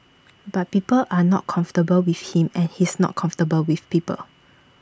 but people are not comfortable with him and he's not comfortable with people